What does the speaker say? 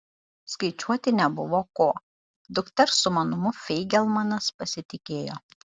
skaičiuoti nebuvo ko dukters sumanumu feigelmanas pasitikėjo